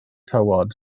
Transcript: tywod